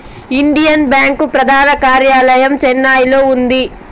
Indian bank ప్రధాన కార్యాలయం చెన్నైలో ఉంది